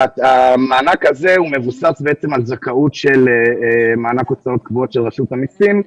המענק הזה מבוסס על זכאות של מענק הוצאות קבועות של רשות המסים.